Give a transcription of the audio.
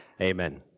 Amen